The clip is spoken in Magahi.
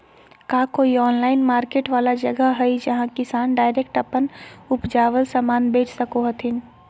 का कोई ऑनलाइन मार्केट वाला जगह हइ जहां किसान डायरेक्ट अप्पन उपजावल समान बेच सको हथीन?